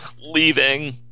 leaving